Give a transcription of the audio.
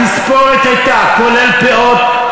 התספורת הייתה כולל פאות,